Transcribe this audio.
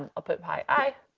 ah i'll put pi i,